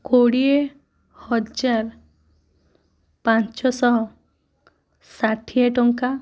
କୋଡିଏ ହଜାର ପାଞ୍ଚଶହ ଷାଠିଏ ଟଙ୍କା